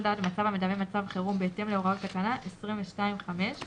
דעת במצב המדמה מצב חירום בהתאם להוראות תקנה 22(5) ;"